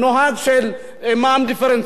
נוהג של מע"מ דיפרנציאלי,